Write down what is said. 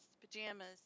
pajamas